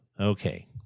Okay